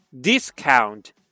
discount